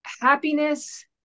happiness